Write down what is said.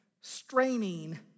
straining